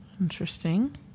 Interesting